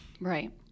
right